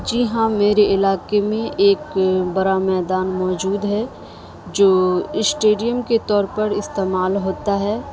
جی ہاں میرے علاقے میں ایک برا میدان موجود ہے جو اسٹیڈیم کے طور پر استعمال ہوتا ہے